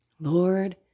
Lord